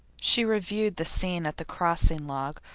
she reviewed the scene at the crossing log,